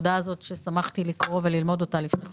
ששמחתי לקרוא וללמוד לפני חודשיים.